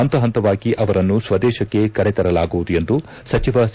ಹಂತ ಹಂತವಾಗಿ ಅವರನ್ನು ಸ್ವದೇಶಕ್ಕೆ ಕರೆತರಲಾಗುವುದು ಎಂದು ಸಚಿವ ಸಿ